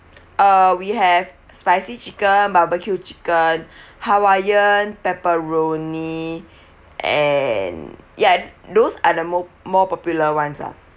uh we have spicy chicken barbecue chicken hawaiian pepperoni and ya those are the more more popular ones ah